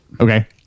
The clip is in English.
Okay